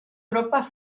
tropas